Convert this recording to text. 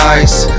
ice